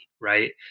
right